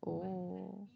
oh